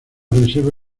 reserva